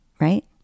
Right